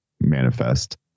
manifest